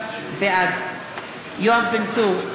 בעד יואב בן צור,